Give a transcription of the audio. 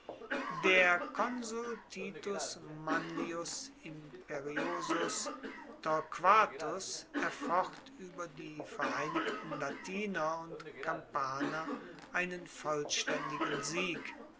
der konsul titus manlius imperiosus torquatus erfocht ueber die vereinigten latiner und kampaner einen vollstaendigen sieg